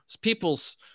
people's